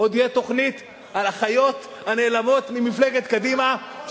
עוד תהיה תוכנית על החיות הנעלמות ממפלגת קדימה,